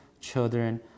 children